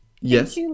Yes